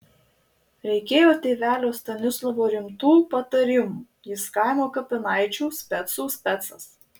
reikėjo tėvelio stanislovo rimtų patarimų jis kaimo kapinaičių specų specas